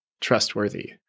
trustworthy